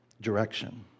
direction